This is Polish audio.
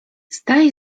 staś